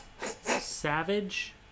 Savage